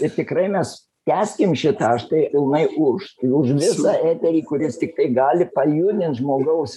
ir tikrai mes tęskim šitą aš tai pilnai už už visą eterį kuris tiktai gali pajudint žmogaus